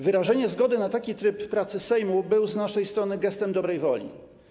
Wyrażenie zgody na taki tryb pracy Sejmu było z naszej strony gestem dobrej woli.